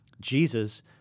Jesus